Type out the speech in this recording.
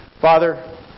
Father